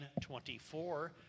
24